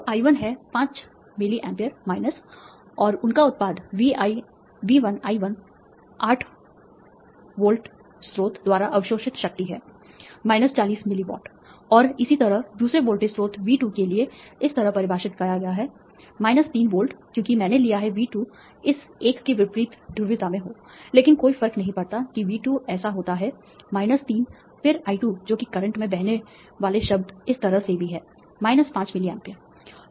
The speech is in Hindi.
तो I1 है 5 मिली एम्पीयर और उनका उत्पाद V1 I1 8 होल्ड वोल्टेज स्रोत द्वारा अवशोषित शक्ति है चालीस मिली वाट और इसी तरह दूसरे वोल्टेज स्रोत V 2 के लिए इस तरह परिभाषित किया गया है तीन वोल्ट क्योंकि मैंने लिया है V2 इस 1 के विपरीत ध्रुवीयता में हो लेकिन कोई फर्क नहीं पड़ता कि V2 ऐसा होता है तीन फिर I2 जो कि करंट में बहने वाले शब्द इस तरह से भी है 5 मिली एम्पीयर